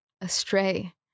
astray